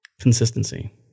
consistency